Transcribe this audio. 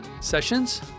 Sessions